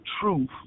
truth